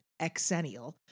exennial